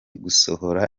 gusohora